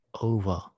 over